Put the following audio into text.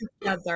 together